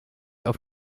auf